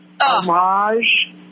homage